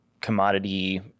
commodity